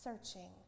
searching